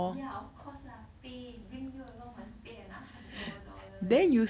ya of course lah pay bring you along must pay an hundred over dollar leh